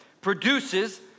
produces